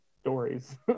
stories